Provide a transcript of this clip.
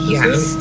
Yes